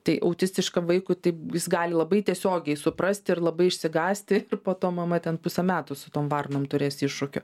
tai autistiškam vaikui taip jis gali labai tiesiogiai suprasti ir labai išsigąsti ir po to mama ten pusę metų su tom varnom turės iššūkių